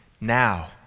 now